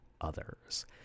others